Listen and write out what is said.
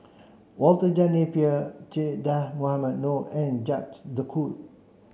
Walter John Napier Che Dah Mohamed Noor and de Coutre